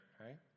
right